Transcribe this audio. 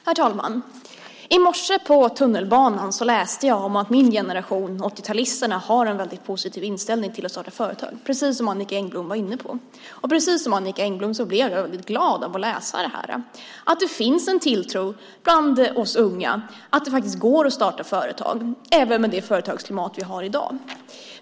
Herr talman! I morse på tunnelbanan läste jag att min generation - 80-talisterna - har en väldigt positiv inställning till att starta företag, precis som Annicka Engblom var inne på. Liksom Annicka Engblom blev jag väldigt glad av att läsa att det finns en tilltro bland oss unga om att det faktiskt går att starta företag även med det företagsklimat vi har i dag.